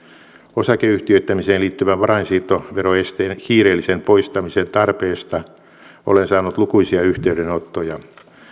osakeyhtiöittämiseen liittyvän varainsiirtoveroesteen kiireellisen poistamisen tarpeesta olen saanut lukuisia yhteydenottoja